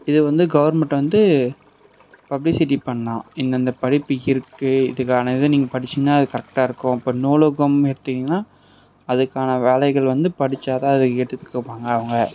இது வந்து கவர்மெண்ட்ட வந்து பப்லிஷிட்டி பண்ணால் இந்தந்த படிப்பு இருக்குது இதுக்கானது நீங்கள் படிச்சீங்கன்னால் அது கரெக்டாக இருக்கும் அப்போ நூலகம் எடுத்தீங்கன்னால் அதுக்கான வேலைகள் வந்து படிச்சால் தான் அதை அவங்க